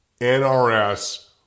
NRS